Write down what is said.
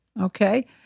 Okay